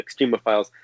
extremophiles